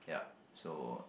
yup so